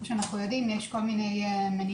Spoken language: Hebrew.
כפי שאנחנו יודעים יש כל מיני מניעות